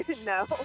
No